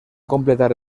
completar